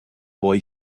boy